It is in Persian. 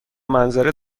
منظره